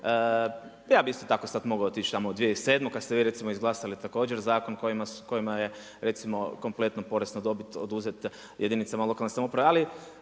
Ja bi isto tako sada mogao otići u 2007. kad ste vi recimo izglasali također zakon kojima je kompletno porez na dobit oduzeta jedinica lokalne samouprave,